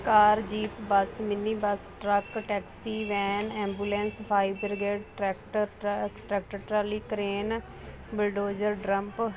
ਕਾਰ jeep bus mini bus truck taxi van ambulance fire brigade tractor ਟ trolley crane bulldozer Trump